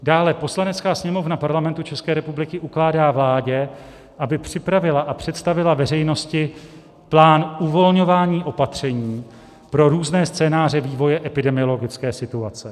Dále: Poslanecká sněmovna Parlamentu České republiky ukládá vládě, aby připravila a představila veřejnosti plán uvolňování opatření pro různé scénáře vývoje epidemiologické situace.